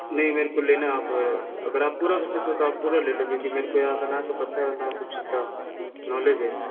नहीं मेरे को लेना है आप अगर आप पूरा कर सकते हो तो आप पूरा ले लो क्योंकि मेरे को यहाँ का न तो पता है न कुछ इतना नॉलेज है